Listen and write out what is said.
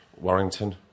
Warrington